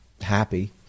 happy